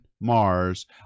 Mars